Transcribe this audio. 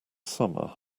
summer